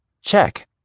Check